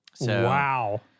Wow